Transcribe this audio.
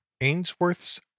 ainsworth's